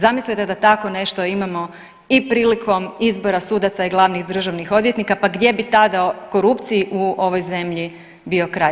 Zamislite da tako nešto imamo i prilikom izbora sudaca i glavnih državnih odvjetnika pa gdje bi tada korupciji u ovoj zemlji bio kraj?